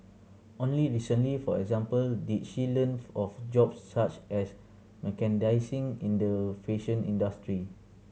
only recently for example did she learn of jobs such as merchandising in the fashion industry